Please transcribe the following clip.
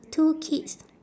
two kids